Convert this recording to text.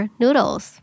noodles